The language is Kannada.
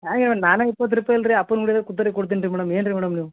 ಹಾಗೆ ಮೇಡಮ್ ನಾನೇ ಇಪ್ಪತ್ತು ರೂಪಾಯಿ ಅಲ್ಲ ರಿ ಕೊಡ್ತೀನಿ ರೀ ಮೇಡಮ್ ಏನು ರೀ ಮೇಡಮ್ ನೀವು